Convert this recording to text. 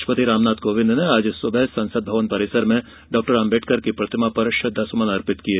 राष्ट्रपति रामनाथ कोविंद ने आज सुबह संसद भवन परिसर में डॉ अम्बेडकर की प्रतिमा पर श्रद्वा सुमन अर्पित किए